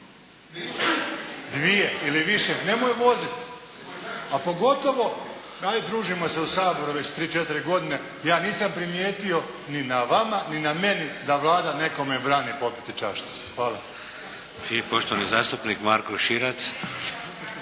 dvije ili više, nemoj voziti. A pogotovo, ajde družimo se u Saboru već 3, 4 godine ja nisam primijetio ni na vama ni na meni da Vlada nekome brani popiti čašicu. Hvala. **Šeks, Vladimir (HDZ)** I poštovani zastupnik Marko Širac.